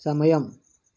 సమయం